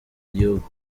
igihugu